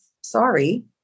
Sorry